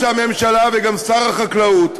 מפתיע שהממשלה וגם שר החקלאות,